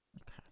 Okay